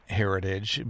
heritage